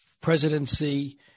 presidency